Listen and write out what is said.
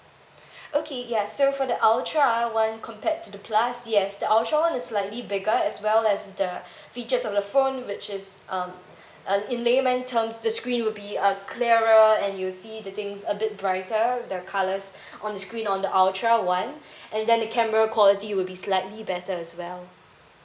okay ya so for the ultra one compared to the plus yes the ultra one is slightly bigger as well as the features of the phone which is um um in layman terms the screen will be uh clearer and you see the things a bit brighter the colours on screen on the ultra one and then the camera quality will be slightly better as well